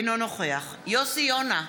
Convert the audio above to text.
אינו נוכח יוסי יונה,